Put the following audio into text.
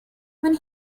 when